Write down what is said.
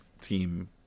team